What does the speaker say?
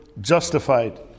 justified